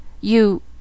You